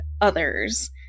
others